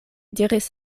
diris